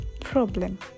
problem